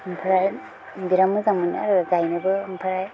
ओमफ्राय बिराथ मोजां मोनो आरो गावनोबो ओमफ्राय